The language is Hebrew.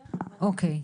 אוקיי.